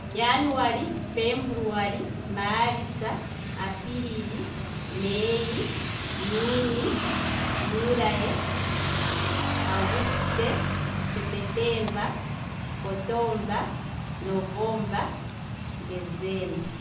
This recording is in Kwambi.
Januali, febuluali, maalitsa, apilili, mei, juni, juli, aguste, sepetemba, okotomba, novemba, decemba